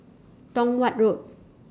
Tong Watt Road